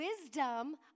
wisdom